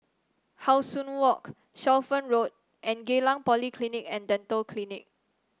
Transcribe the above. How Sun Walk Shelford Road and Geylang Polyclinic and Dental Clinic